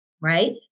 right